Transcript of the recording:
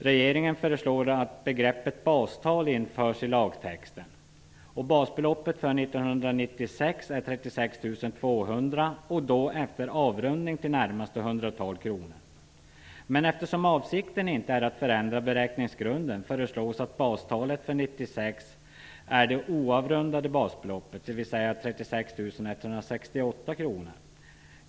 Regeringen föreslår att begreppet 36 200 kr - efter avrundning till närmaste hundratal kronor. Eftersom avsikten inte är att förändra beräkningsgrunden föreslås att bastalet för 1996 blir det oavrundade basbeloppet, dvs. 36 168 kr.